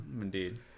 Indeed